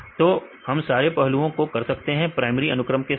तो हम सारे पहलुओं को कर सकते हैं प्राइमरी अनुक्रम के साथ